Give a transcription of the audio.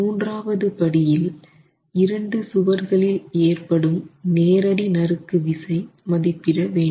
மூன்றாவது படியில் இரண்டு சுவர்களில் ஏற்படும் நேரடி நறுக்கு விசை மதிப்பிட வேண்டும்